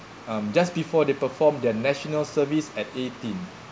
um just before they perform their national service at eighteen